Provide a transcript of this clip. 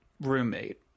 roommate